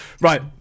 right